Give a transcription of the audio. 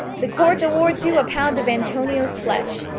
the court awards you a pound of antonio's flesh,